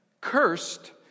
Cursed